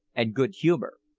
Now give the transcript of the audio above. and good-humour.